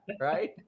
right